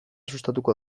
sustatuko